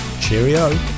Cheerio